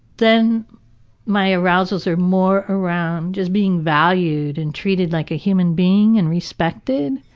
then my arousals are more around just being valued and treated like a human being and respected,